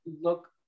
look